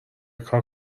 کار